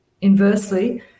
inversely